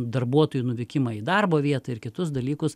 darbuotojų nuvykimą į darbo vietą ir kitus dalykus